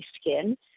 skin